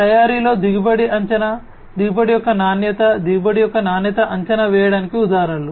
తయారీలో దిగుబడి అంచనా దిగుబడి యొక్క నాణ్యత దిగుబడి యొక్క నాణ్యతను అంచనా వేయడానికి ఉదాహరణలు